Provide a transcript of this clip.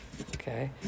okay